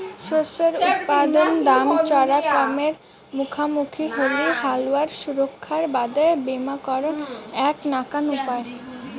শস্যের উৎপাদন দাম চরা কমের মুখামুখি হলি হালুয়ার সুরক্ষার বাদে বীমাকরণ এ্যাক নাকান উপায়